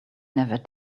never